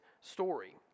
story